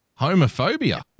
Homophobia